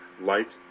light